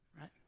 right